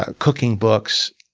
ah cooking books,